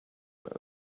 mode